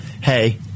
hey